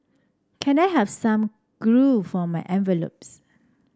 can I have some glue for my envelopes